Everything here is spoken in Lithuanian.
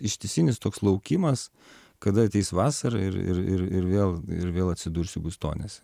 ištisinis toks laukimas kada ateis vasara ir ir ir ir vėl ir vėl atsidursiu gustonyse